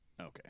Okay